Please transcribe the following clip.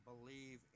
believe